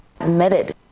admitted